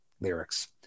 lyrics